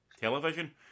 television